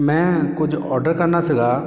ਮੈਂ ਕੁਝ ਔਡਰ ਕਰਨਾ ਸੀਗਾ